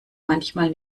manchmal